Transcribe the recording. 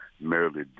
merely